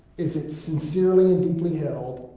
is it sincerely and deeply held,